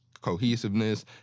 cohesiveness